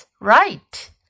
right